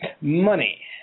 Money